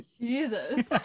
Jesus